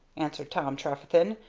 answered tom trefethen,